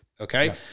Okay